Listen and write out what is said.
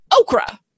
okra